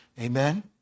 Amen